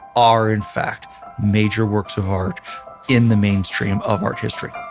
are in fact major works of art in the mainstream of art history